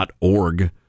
org